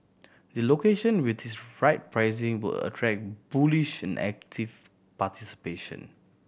the location with his right pricing will attract bullish and active participation